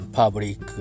public